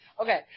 Okay